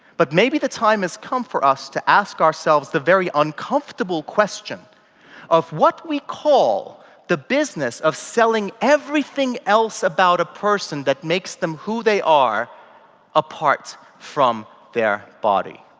but maybe the time has come for us to ask ourselves the very uncomfortable question of what we call the business of selling everything else about a person that makes them who they are ah from their body.